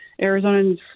Arizonans